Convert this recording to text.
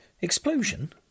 Explosion